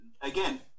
Again